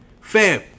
Fam